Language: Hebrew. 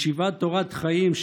ישיבת תורת חיים,